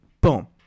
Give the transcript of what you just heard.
Boom